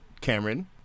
cameron